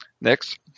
Next